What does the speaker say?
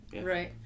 right